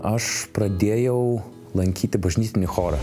aš pradėjau lankyti bažnytinį chorą